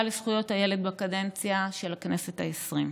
לזכויות הילד בקדנציה של הכנסת העשרים.